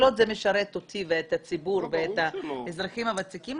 כל עוד זה משרת אותי ואת הציבור ואת האזרחים הוותיקים,